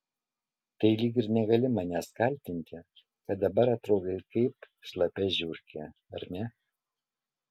tai lyg ir negali manęs kaltinti kad dabar atrodai kaip šlapia žiurkė ar ne